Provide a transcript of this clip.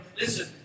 listen